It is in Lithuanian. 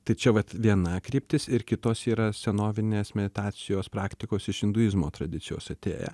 tai čia vat viena kryptis ir kitos yra senovinės meditacijos praktikos iš induizmo tradicijos atėję